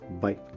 Bye